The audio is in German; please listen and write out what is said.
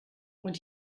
und